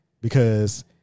because-